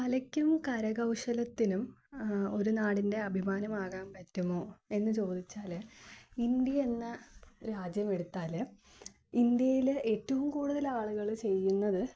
കലയ്ക്കും കരകൗശലത്തിനും ഒരു നാടിൻ്റെ അഭിമാനം ആകാൻ പറ്റുമോ എന്നു ചോദിച്ചാൽ ഇന്ത്യ എന്ന രാജ്യം എടുത്താൽ ഇന്ത്യയിൽ ഏറ്റവും കൂടുതൽ ആളുകൾ ചെയ്യുന്നത്